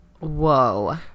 Whoa